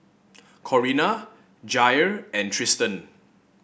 Corinna Jair and Tristan